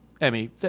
Emmy